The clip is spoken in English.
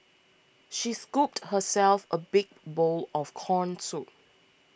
she scooped herself a big bowl of Corn Soup